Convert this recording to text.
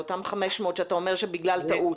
לאותם 500 שאתה אומר שבגלל טעות?